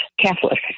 Catholic